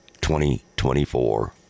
2024